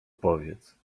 powiedz